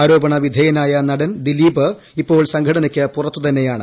ആരോപണവിധേയനായ നടൻ ദിലീപ് ഇപ്പോൾ സംഘടനയ്ക്ക് പുറത്തു തന്നെയാണ്